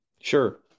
Sure